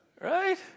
right